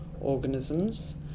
organisms